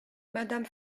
madame